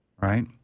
Right